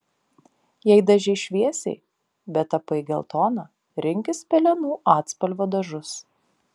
jei dažei šviesiai bet tapai geltona rinkis pelenų atspalvio dažus